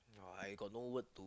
uh I got no word to